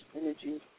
energy